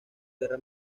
guerra